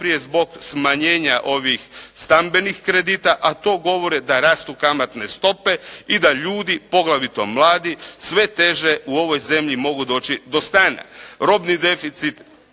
ponajprije zbog smanjenja ovih stambenih kredita, a to govori da rastu kamatne stope i da ljudi, poglavito mladi, sve teže u ovoj zemlji mogu doći do stana. Robni deficit